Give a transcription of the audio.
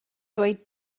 ddweud